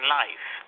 life